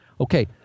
Okay